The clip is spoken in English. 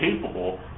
capable